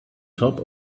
top